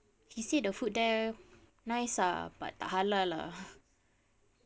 he said the food there nice lah but tak halal lah